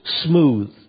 smooth